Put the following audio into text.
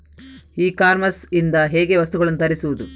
E commerce ಇಂದ ಹೇಗೆ ವಸ್ತುಗಳನ್ನು ತರಿಸುವುದು?